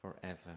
forever